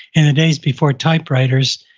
in the days before typewriters,